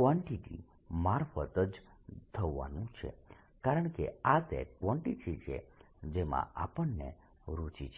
quantity મારફત જ થવાનું છે કારણકે આ તે ક્વાન્ટીટી છે જેમાં આપણને રુચિ છે